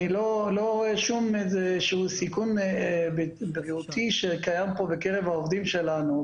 אני לא רואה שום סיכון בריאותי שקיים פה בקרב העובדים שלנו.